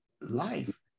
life